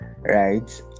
Right